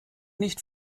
nicht